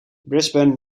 brisbane